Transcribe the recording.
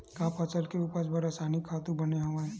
का फसल के उपज बर रासायनिक खातु बने हवय?